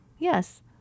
Yes